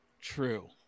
True